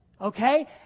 Okay